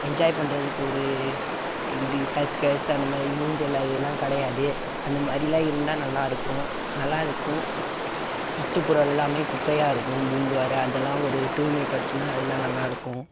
enjoy பண்ணுறதுக்கு ஒரு circus அந்த மாரி ஊஞ்சல் அதலாம் கிடையாது அந்த மாதிரிலாம் இருந்தால் நல்லாயிருக்கும் நல்லாயிருக்கும் சுற்றுப்புறம் எல்லாம் குப்பையாக இருக்கும் பூம்புகார் அதெல்லாம் ஒரு தூய்மை படுத்தினா அதலாம் நல்லாயிருக்கும்